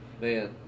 man